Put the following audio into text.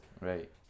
Right